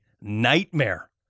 nightmare